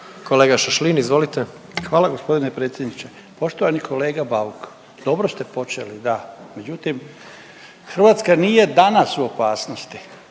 **Šašlin, Stipan (HDZ)** Hvala gospodine predsjedniče. Poštovani kolega Bauk, dobro ste počeli da, međutim Hrvatska nije danas u opasnosti.